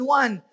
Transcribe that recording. one